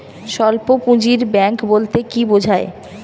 স্বল্প পুঁজির ব্যাঙ্ক বলতে কি বোঝায়?